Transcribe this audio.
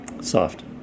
soft